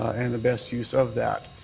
and the best use of that.